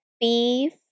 beef